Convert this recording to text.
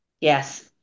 Yes